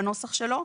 בנוסח שלו,